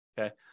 okay